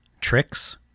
tricks